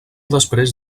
després